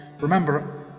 Remember